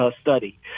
study